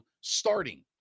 starting